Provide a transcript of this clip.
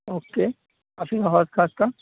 okay پھر حوض خاص کا